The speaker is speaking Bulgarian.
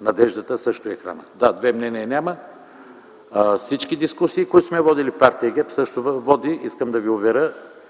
надеждата също е храна. Две мнения няма. Всички дискусии, които сме водили партия ГЕРБ също води, искам да ви уверя,